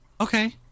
Okay